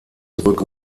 zurück